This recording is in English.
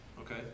Okay